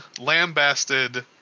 lambasted